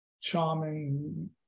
charming